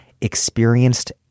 experienced